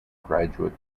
graduate